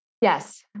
Yes